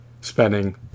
spending